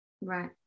Right